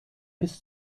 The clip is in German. bis